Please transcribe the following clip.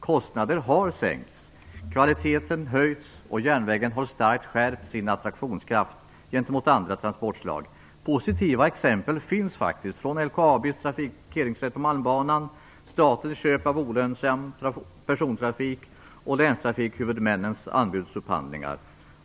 Kostnader har sänkts, kvaliteten här höjts och järnvägen har starkt skärpt sin attraktionskraft gentemot andra transportslag. Positiva exempel finns från LKAB:s trafikeringsrätt på Malmbanan, statens köp av olönsam persontrafik och länstrafikhuvudmännens anbudsupphandlingar.